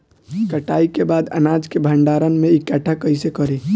कटाई के बाद अनाज के भंडारण में इकठ्ठा कइसे करी?